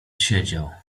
siedział